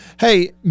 Hey